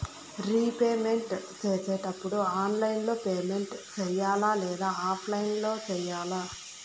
repayment సేసేటప్పుడు online లో payment సేయాలా లేదా ఆఫ్లైన్ లో సేయాలా